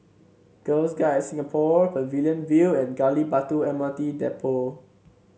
Girls Guides Singapore Pavilion View and Gali Batu M R T Depot